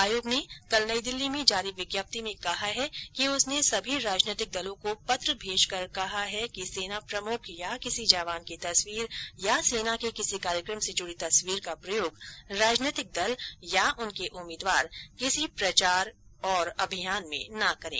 आयोग ने कल नई दिल्ली में जारी विज्ञप्ति में कहा है कि उसने सभी राजनीतिक दलों को पत्र भेजकर कहा है कि सेना प्रमुख या किसी जवान की तस्वीर या सेना के किसी कार्यक्रम से जुडी तस्वीर का प्रयोग राजनैतिक दल या उनके उम्मीदवार किसी प्रचार और अभियान में न करें